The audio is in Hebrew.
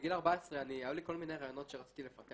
בגיל 14 היו לי כל מיני רעיונות שרציתי לפתח